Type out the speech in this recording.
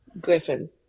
Griffin